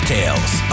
Tales